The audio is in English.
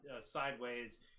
sideways